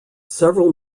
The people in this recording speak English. several